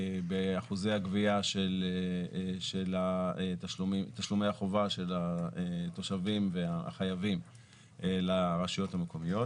באחוזי הגבייה של תשלומי החובה של התושבים והחייבים לרשויות המקומיות